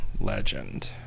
Legend